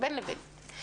בין לבין.